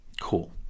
Cool